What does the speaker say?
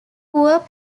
poor